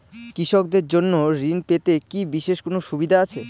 কৃষকদের জন্য ঋণ পেতে কি বিশেষ কোনো সুবিধা আছে?